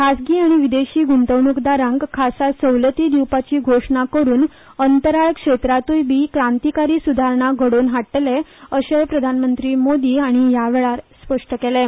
खाजगी आनी विदेशी गुंतवणूकदारांक खासा सवलती दिवपाची घोशणा करून अंतराळ क्षेत्रांतूय बी क्रांतीकारी सुदारणा घडोवन हाडटले अशेंय प्रधानमंत्री नरेंद्र मोदी हांणी ह्या वेळार स्पश्ट केलें